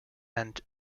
and